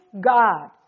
God